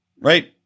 right